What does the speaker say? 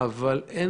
אבל אין